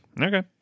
okay